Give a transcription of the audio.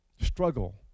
struggle